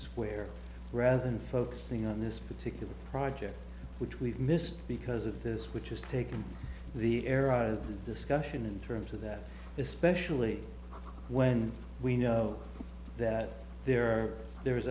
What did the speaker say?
where rather than focusing on this particular project which we've missed because of this which has taken the air out of the discussion in terms of that especially when we know that there are there is